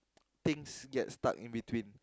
things get stucked in between